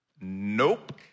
nope